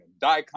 Daikon